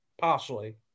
Partially